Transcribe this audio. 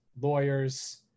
lawyers